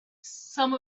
some